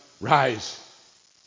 rise